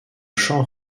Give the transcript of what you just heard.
champ